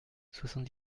soixante